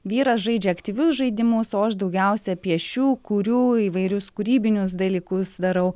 vyras žaidžia aktyvius žaidimus o aš daugiausia piešiu kuriu įvairius kūrybinius dalykus darau